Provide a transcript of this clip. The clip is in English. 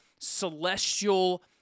celestial